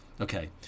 okay